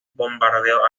bombardeo